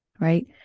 right